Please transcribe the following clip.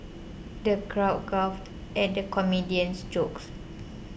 the crowd guffawed at the comedian's jokes